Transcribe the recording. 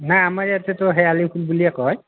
না আমাৰ ইয়াতেতো শেৱালি ফুল বুলিয়েই কয়